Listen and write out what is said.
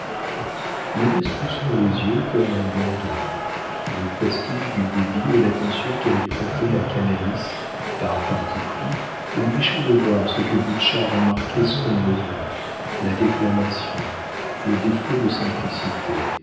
eut sur les yeux comme un bandeau le prestige du débit et l'attention qu'elle prêtait à canalis par parti pris l'empêcha de voir ce que butscha remarquait soigneusement la déclamation le défaut de simplicité